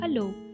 Hello